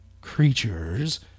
creatures